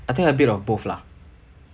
I think a bit of both lah